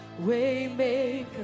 Waymaker